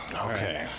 Okay